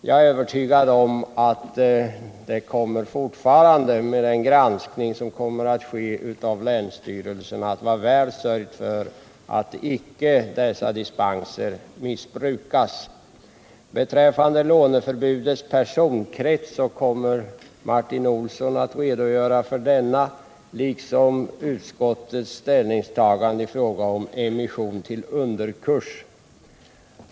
Jag är övertygad om att det med den granskning som skall göras av länsstyrelserna fortfarande kommer att vara väl sörjt för att dessa dispenser icke missbrukas. Martin Olsson kommer att redogöra för låneförbudets personkrets liksom för utskottets ställningstagande i frågan om emission till underkurs.